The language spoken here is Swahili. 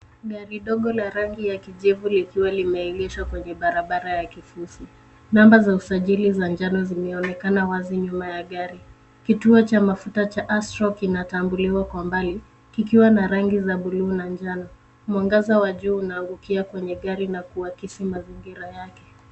Gari ndogo la rangi ya kijivu likiwa limeegeshwa kwenye barabara ya kifusi. Namba za usajili za njano zimeonekana wazi nyuma ya gari. Kituo cha mafuta cha Astrol kinatambuliwa kwa mbali, kikiwa na rangi za bluu na njano. Mwangaza wa jua unaangukia kwenye gari na kuakisi mazingira yake.